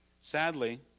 Sadly